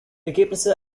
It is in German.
ergebnisse